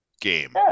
game